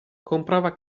comprava